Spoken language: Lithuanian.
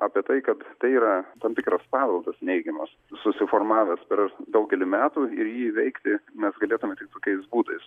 apie tai kad tai yra tam tikras paveldas neigiamas susiformavęs per daugelį metų ir jį įveikti mes galėtume tik tokiais būdais